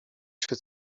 się